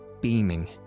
beaming